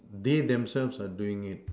they themselves are doing it